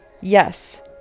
yes